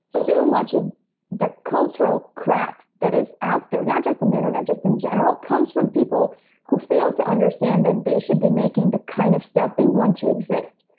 so much of ah the cultural crap that is out there not just in the internet, just in general comes from people who fail to understand that they should be making the kind of stuff they want to exist.